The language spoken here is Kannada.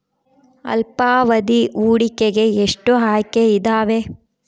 ಅಲ್ಪಾವಧಿ ಹೂಡಿಕೆಗೆ ಎಷ್ಟು ಆಯ್ಕೆ ಇದಾವೇ?